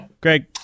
Greg